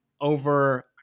over